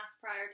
prior